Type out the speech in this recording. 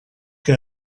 que